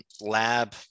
lab